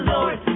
Lord